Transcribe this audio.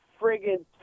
friggin